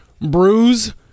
bruise